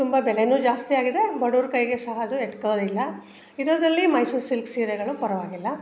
ತುಂಬ ಬೆಲೆಯೂ ಜಾಸ್ತಿಯಾಗಿದೆ ಬಡವ್ರು ಕೈಗೆ ಸಹ ಅದು ಎಟುಕೋದಿಲ್ಲ ಇರೋದರಲ್ಲಿ ಮೈಸೂರು ಸಿಲ್ಕ್ ಸೀರೆಗಳು ಪರವಾಗಿಲ್ಲ